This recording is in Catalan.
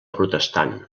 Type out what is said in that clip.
protestant